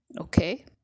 okay